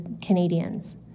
Canadians